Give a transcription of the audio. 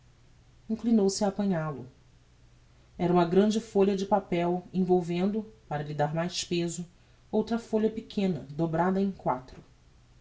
inclinou-se a apanhal-o era uma grande folha de papel envolvendo para lhe dar mais peso outra folha pequena dobrada em quarto